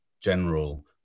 general